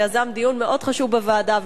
שיזם דיון מאוד חשוב בוועדה,